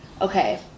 okay